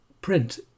Print